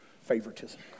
favoritism